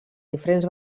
diferents